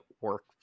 work